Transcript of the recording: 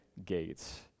gates